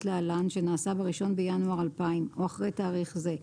להלן שנעשה ב-1 בינואר 2000 או אחרי תאריך זה,